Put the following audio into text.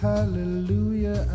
Hallelujah